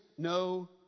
No